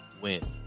win